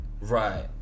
right